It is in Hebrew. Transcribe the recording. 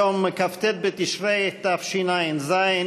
היום כ"ט בתשרי התשע"ז,